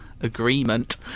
agreement